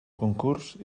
concurs